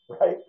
right